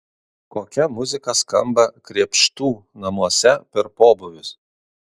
kokia muzika skamba krėpštų namuose per pobūvius